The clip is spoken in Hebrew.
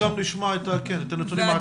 אנחנו תיכף גם נשמע את הנתונים העדכניים.